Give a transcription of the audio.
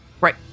Right